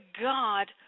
God